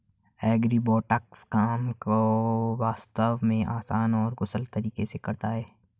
agribots काम को वास्तव में आसान और कुशल तरीके से करता है